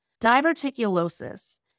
Diverticulosis